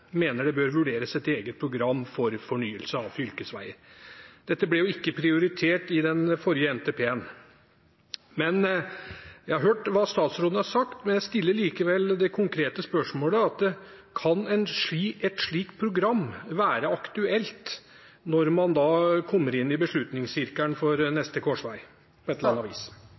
mener det bør vurderes et eget program for fornyelse av fylkesveger.» Dette ble jo ikke prioritert i den forrige NTP-en. Jeg har hørt hva statsråden har sagt, men jeg stiller likevel det konkrete spørsmålet: Kan et slikt program være aktuelt når man kommer inn i beslutningssirkelen for neste korsvei – på et eller annet vis?